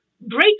break